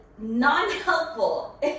non-helpful